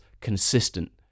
consistent